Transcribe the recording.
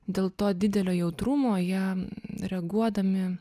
dėl to didelio jautrumo jie reaguodami